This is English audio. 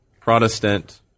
Protestant